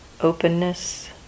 openness